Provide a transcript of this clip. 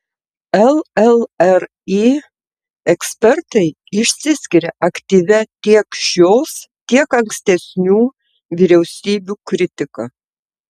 llri ekspertai išsiskiria aktyvia tiek šios tiek ankstesnių vyriausybių kritika